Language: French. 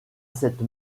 cette